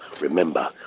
remember